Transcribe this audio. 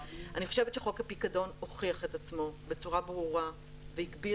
אני חושבת שחוק הפיקדון הוכיח את עצמו בצורה ברורה והגביר